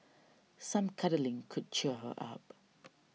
some cuddling could cheer her up